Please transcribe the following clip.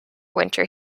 winter